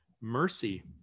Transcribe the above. mercy